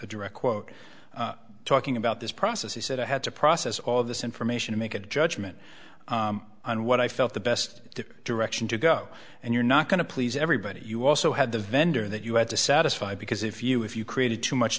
a direct quote talking about this process he said i had to process all of this information to make a judgment on what i felt the best different direction to go and you're not going to please everybody you also had the vendor that you had to satisfy because if you if you created too much